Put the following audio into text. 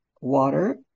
water